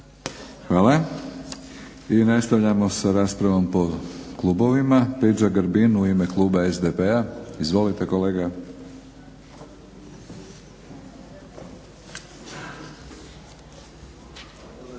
Hvala. I nastavljamo sa raspravom po klubovima. Peđa Grbin u ime kluba SDP-a. Izvolite kolega.